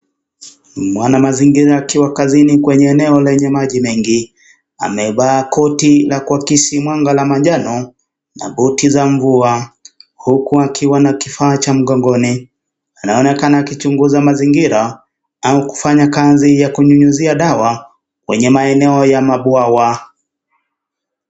Mwanamazingira akiwa kazini kwenye eneo lenye maji mengi. Anayevaa koti la kuhakisi mwanga la manjano na koti za mvua huku akiwa na kifaa cha mgongoni. Anaonekana akichunguza mazingira au kufanya kazi ya kunyunyizia dawa kwenye maeneo ya mabwawa.